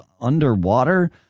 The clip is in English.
underwater